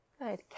good